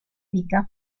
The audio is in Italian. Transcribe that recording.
vita